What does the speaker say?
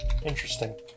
Interesting